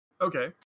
Okay